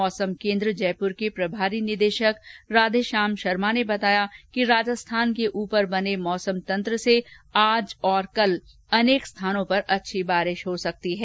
मौसम केन्द्र जयपुर के प्रभारी निदेशक राधेश्याम शर्मा ने बताया कि राजस्थान के ऊपर बने मौसम तंत्र से आज और कल अनेक इलाकों में अच्छी बारिश हो सकती है